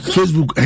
Facebook